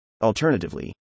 Alternatively